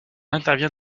intervient